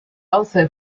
also